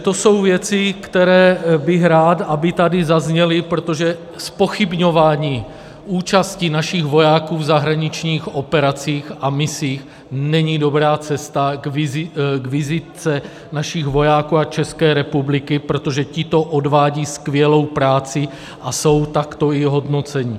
To jsou věci, které bych rád, aby tady zazněly, protože zpochybňování účasti našich vojáků v zahraničních operacích a misích není dobrá cesta k vizitce našich vojáků a České republiky, protože tito odvádějí skvělou práci a jsou takto i hodnoceni.